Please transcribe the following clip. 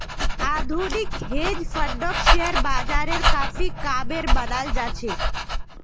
आधुनिक हेज फंडक शेयर बाजारेर काफी कामेर मनाल जा छे